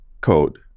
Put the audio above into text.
code